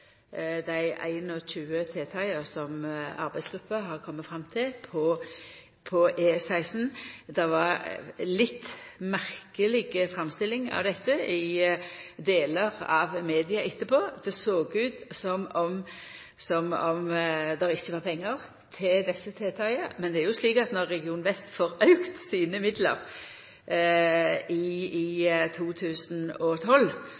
dei 21 tiltaka som arbeidsgruppa har kome fram til for E16. Det var ei litt merkeleg framstilling av dette i delar av media etterpå, der det såg ut som om det ikkje var pengar til desse tiltaka. Men når Region vest får auka sine midlar i